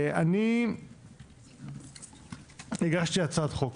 אני הגשתי הצעת חוק,